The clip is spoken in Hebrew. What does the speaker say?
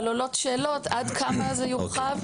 אבל עולות שאלות: עד כמה זה יורחב?